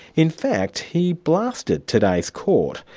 in fact he blasted today's court,